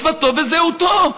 שפתו וזהותו".